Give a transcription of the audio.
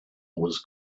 was